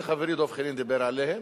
שחברי דב חנין דיבר עליהם,